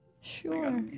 Sure